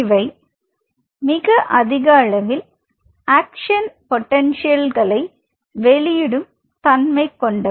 இவை மிக அதிக அளவில் ஆக்சன் பொட்டன்ஷியல்களை வெளியிடும் தன்மை கொண்டவை